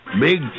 Big